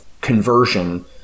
conversion